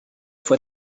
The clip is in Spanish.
fue